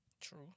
True